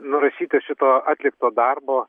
nurašyti šito atlikto darbo